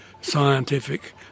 scientific